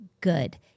good